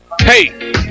Hey